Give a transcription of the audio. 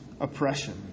oppression